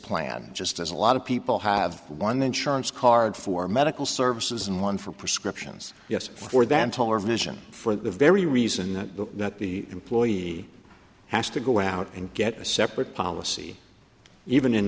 plan just as a lot of people have one insurance card for medical services and one for prescriptions yes for them taller vision for the very reason that the employee has to go out and get a separate policy even in